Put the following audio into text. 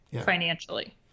financially